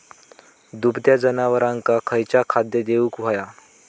दुभत्या जनावरांका खयचा खाद्य देऊक व्हया?